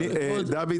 דוד,